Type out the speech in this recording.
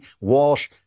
Walsh